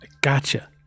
Gotcha